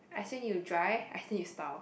I still need to dry I still need to style